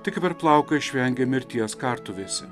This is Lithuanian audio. tik per plauką išvengė mirties kartuvėse